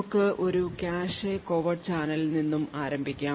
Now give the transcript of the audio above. നമുക്ക് ഒരു cache covert channel നിന്നും ആരംഭിക്കാം